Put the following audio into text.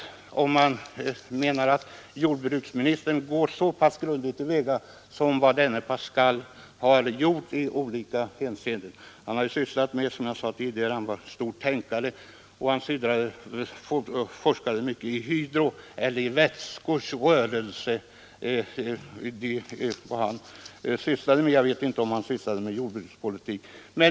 Herr Takman menar nog att jordbruksministern går lika grundligt till väga som Pascal gjorde i olika hänseenden. Han var som jag sade en stor tänkare och forskade i bl.a. ”vätskors rörelse”. Däremot vet jag inte om han sysslade med jordbrukspolitik.